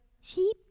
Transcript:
sheep